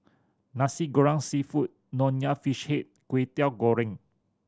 Nasi Goreng Seafood Nonya Fish Head and Kwetiau Goreng